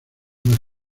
más